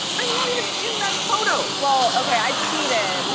i'm not even in that photo! well, okay. i cheated.